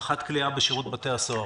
רח"ט כליאה בשירות בתי הסוהר,